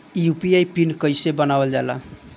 UPI pin कइसे बनावल जाला?